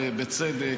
ובצדק.